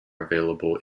available